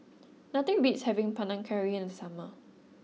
nothing beats having Panang Curry in the summer